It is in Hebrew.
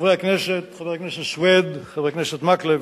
חברי הכנסת, חבר הכנסת סוייד, חבר הכנסת מקלב,